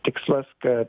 tikslas kad